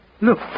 look